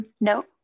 no